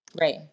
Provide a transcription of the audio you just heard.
right